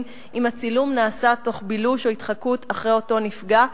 אם הצילום נעשה תוך בילוש או התחקות אחרי אותו נפגע,